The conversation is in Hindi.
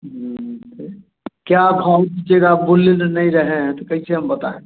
क्या भाव दीजिएगा आप बोलने नहीं रहे हैं तो कैसे हम बताएँ